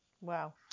Wow